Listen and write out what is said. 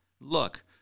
Look